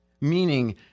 Meaning